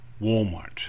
Walmart